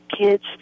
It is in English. kids